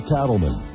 Cattlemen